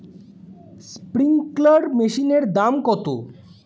Sprinkler মেশিনের দাম কত?